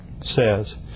says